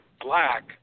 black